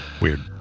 weird